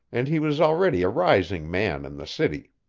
and he was already a rising man in the city.